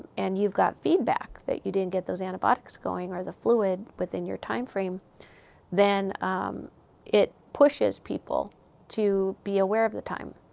and you've got feedback that you didn't get those antibiotics going, or the fluid within your time frame then it pushes people to be aware of the time.